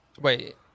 Wait